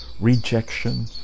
rejection